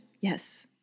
Yes